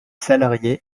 salariés